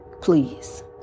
Please